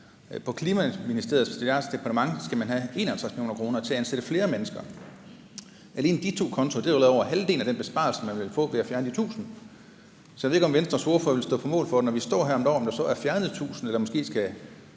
i Klimaministeriets departement skal man have 61 mio. kr. til at ansætte flere mennesker. Alene de to kontoer omfatter allerede over halvdelen af den besparelse, man vil få ved at fjerne de 1.000. Så jeg ved ikke, om Venstres ordfører, når vi står her om et år, vil stå på mål for, at der så er fjernet 1.000, eller at der måske skulle